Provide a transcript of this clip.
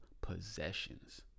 possessions